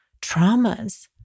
traumas